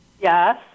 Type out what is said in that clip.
yes